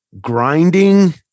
grinding